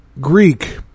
Greek